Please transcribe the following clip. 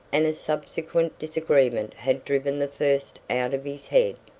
and a subsequent disagreement had driven the first out of his head.